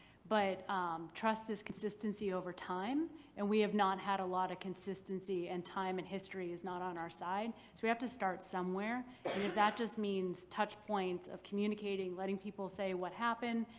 but trust is consistency over time and we have not had a lot of consistency and time and history is not on our side so we have to start somewhere. and if that just means touch points of communicating, letting people say what happened,